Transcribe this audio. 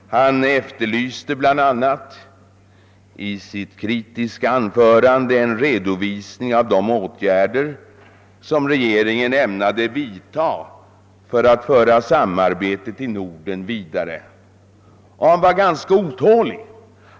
Han efterlyste i sitt kritiska anförande bl.a. en redogörelse för de åtgärder som regeringen ämnade vidta för att föra samarbetet i Norden vidare, och han var ganska otålig.